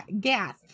gas